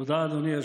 תודה.